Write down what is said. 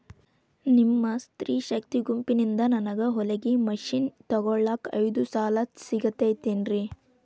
ನಿಮ್ಮ ಸ್ತ್ರೇ ಶಕ್ತಿ ಗುಂಪಿನಿಂದ ನನಗ ಹೊಲಗಿ ಮಷೇನ್ ತೊಗೋಳಾಕ್ ಐದು ಸಾಲ ಸಿಗತೈತೇನ್ರಿ?